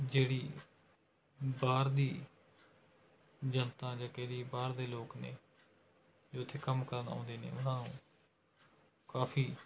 ਜਿਹੜੀ ਬਾਹਰ ਦੀ ਜਨਤਾ ਜਾਂ ਕਹਿ ਲਈਏ ਬਾਹਰ ਦੇ ਲੋਕ ਨੇ ਜੋ ਇੱਥੇ ਕੰਮ ਕਰਨ ਆਉਂਦੇ ਨੇ ਉਨ੍ਹਾਂ ਨੂੰ ਕਾਫੀ